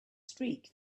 streak